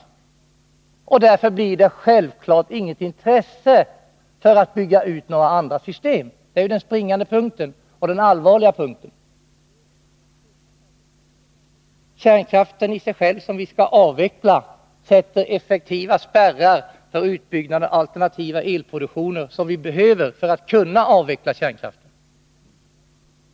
Av det skälet blir det självfallet inget intresse för att bygga ut några andra system. Det är den springande och den allvarliga punkten! Kärnkraften i sig själv, som vi skall avveckla, sätter effektiva spärrar för utbyggnad av alternativ elproduktion — som vi behöver för att kunna avveckla kärnkraften!